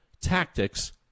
tactics